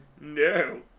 no